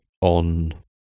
on